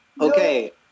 okay